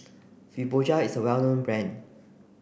Fibogel is a well known brand